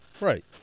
right